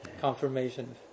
confirmation